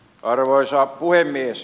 arvoisa puhemies